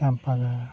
ᱪᱟᱸᱢᱯᱟᱜᱟᱲ